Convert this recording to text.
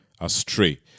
astray